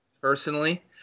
personally